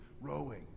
rowing